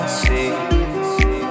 see